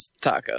tacos